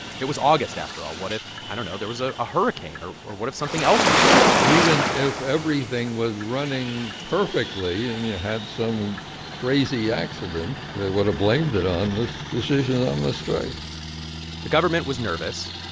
it was august after all. what if i don't know there was ah a hurricane? or or what if something else went wrong? even if everything was running perfectly and you yeah had some crazy accident, they would have blamed it on this decision on the strike the government was nervous.